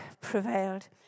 prevailed